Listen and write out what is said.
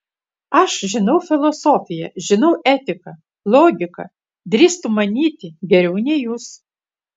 aš žinau filosofiją žinau etiką logiką drįstu manyti geriau nei jūs